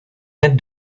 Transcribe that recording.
mètres